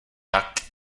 tak